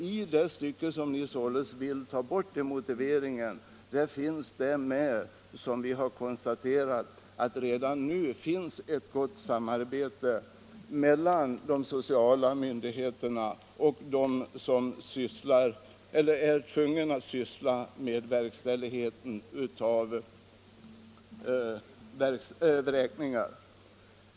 I de stycken som ni således vill ta bort finns vårt konstaterande att samarbetet redan nu är gott mellan de sociala myndigheterna och de som är tvungna att syssla med verkställighet av vräkningar.